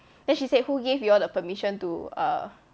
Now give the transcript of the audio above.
then she said who give you all the permission to uh